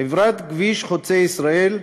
חברת "כביש חוצה ישראל"